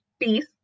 peace